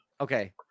okay